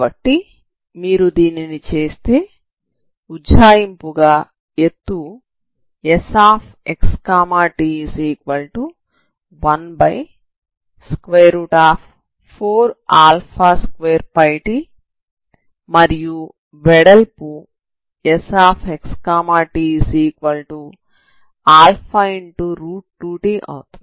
కాబట్టి మీరు దీనిని చేస్తే ఉజ్జాయింపుగా ఎత్తు Sxt14α2πt మరియు వెడల్పు Sxtα2t అవుతుంది